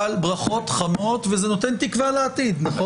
אבל ברכות חמות, וזה נותן תקווה לעתיד, נכון?